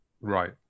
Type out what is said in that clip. Right